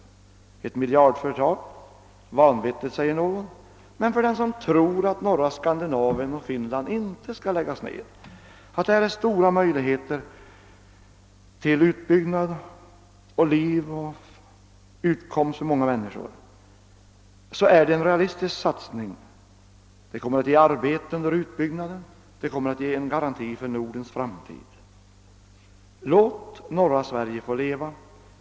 Det är ett miljardföre tag. Vanvettigt, säger någon. Men för den som tror att norra Skandinavien och Finland inte skall läggas ned, att där finns stora möjligheter till utbyggnad och utkomst för många människor, är det en realistisk satsning. Det kommer att bli arbete under utbyggnaden, det kommer att ge en garanti för Nordens framtid. Låt norra Sverige få leva!